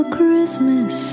Christmas